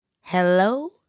Hello